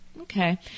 okay